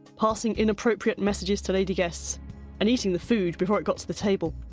passing inappropriate messages to lady guests and eating the food before it got to the table.